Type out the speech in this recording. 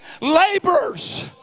laborers